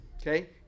okay